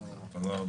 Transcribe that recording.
תודה לכולם